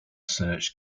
search